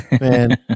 Man